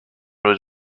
was